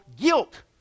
guilt